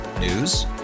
News